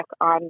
on